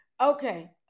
Okay